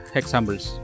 examples